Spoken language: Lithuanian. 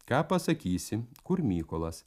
ką pasakysi kur mykolas